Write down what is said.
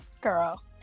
girl